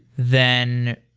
then,